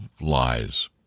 lies